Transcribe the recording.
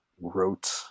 wrote